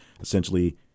Essentially